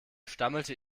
stammelte